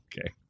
Okay